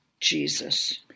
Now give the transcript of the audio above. Jesus